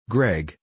Greg